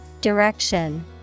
Direction